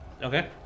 Okay